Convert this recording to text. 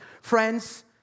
friends